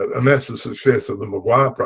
and that's the success of the mcguire